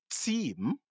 team